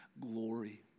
glory